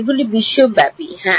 এগুলি বিশ্বব্যাপী হ্যাঁ